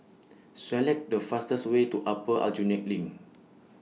Select The fastest Way to Upper Aljunied LINK